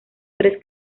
tres